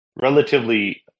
relatively